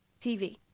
TV